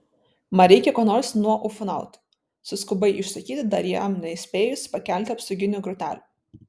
man reikia ko nors nuo ufonautų suskubai išsakyti dar jam nespėjus pakelti apsauginių grotelių